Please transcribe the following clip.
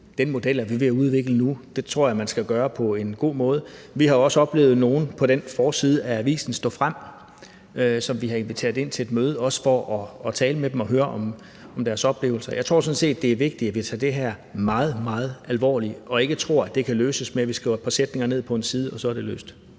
Den model er vi ved at udvikle nu, og det tror jeg man skal gøre på en god måde. Vi har også inviteret nogle af dem, der stod frem på forsiden af avisen, ind til et møde for at tale med dem og høre om deres oplevelser. Jeg tror sådan set, at det er vigtigt, at vi tager det her meget, meget alvorligt og ikke tror, at det kan løses ved, at vi skriver et par sætninger ned på en side – så er det løst.